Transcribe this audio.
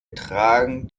tragen